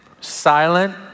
silent